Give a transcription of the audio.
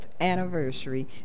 anniversary